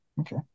okay